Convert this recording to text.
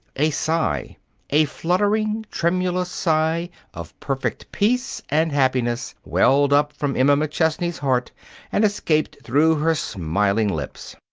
a sigh a fluttering, tremulous sigh of perfect peace and happiness welled up from emma mcchesney's heart and escaped through her smiling lips.